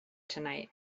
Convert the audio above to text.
tonight